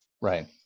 right